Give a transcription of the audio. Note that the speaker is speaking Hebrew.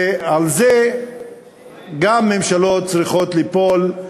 גם על זה ממשלות צריכות ליפול,